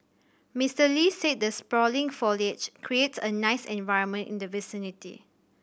Mister Lee said the sprawling foliage creates a nice environment in the vicinity